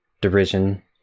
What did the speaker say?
derision